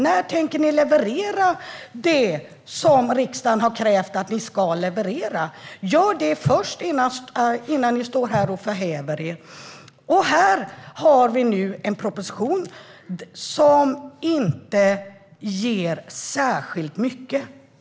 När tänker ni leverera det som riksdagen har krävt att ni ska leverera? Gör detta innan ni ställer er här och förhäver er! Här har vi nu en proposition som inte ger särskilt mycket.